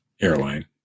airline